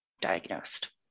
diagnosed